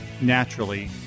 naturally